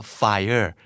fire